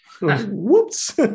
whoops